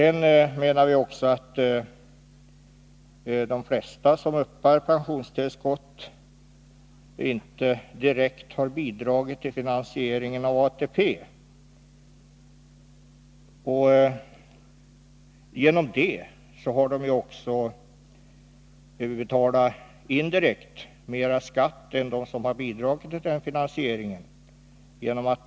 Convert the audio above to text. Vi menar vidare att de flesta som uppbär pensionstillskott inte direkt har bidragit till finansieringen av ATP. Personer som begärt undantagande har indirekt behövt betala mera skatt än de som varit anslutna till ATP.